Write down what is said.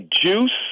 juice